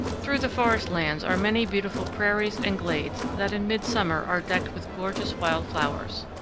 through the forest lands are many beautiful prairies and glades that in midsummer are decked with gorgeous wild flowers.